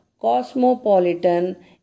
cosmopolitan